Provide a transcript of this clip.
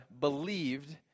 believed